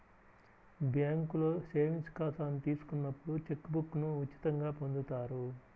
బ్యేంకులో సేవింగ్స్ ఖాతాను తీసుకున్నప్పుడు చెక్ బుక్ను ఉచితంగా పొందుతారు